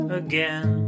again